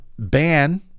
ban